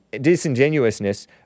disingenuousness